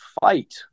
fight